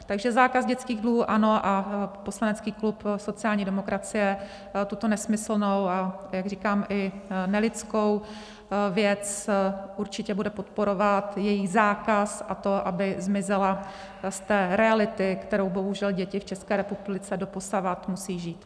Takže zákaz dětských dluhů ano a poslanecký klub sociální demokracie tuto nesmyslnou, a jak říkám, i nelidskou věc určitě bude podporovat, její zákaz a to, aby zmizela z té reality, kterou bohužel děti v České republice doposavad musí žít.